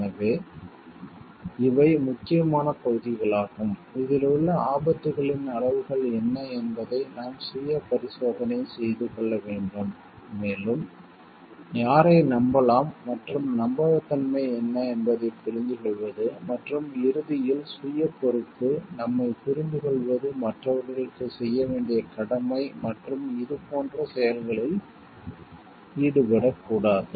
எனவே இவை முக்கியமான பகுதிகளாகும் இதில் உள்ள ஆபத்துகளின் அளவுகள் என்ன என்பதை நாம் சுய பரிசோதனை செய்து கொள்ள வேண்டும் மேலும் யாரை நம்பலாம் மற்றும் நம்பகத்தன்மை என்ன என்பதைப் புரிந்துகொள்வது மற்றும் இறுதியில் சுய பொறுப்பு நம்மைப் புரிந்துகொள்வது மற்றவர்களுக்கு செய்ய வேண்டிய கடமை மற்றும் இதுபோன்ற செயல்களில் ஈடுபடக்கூடாது